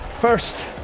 first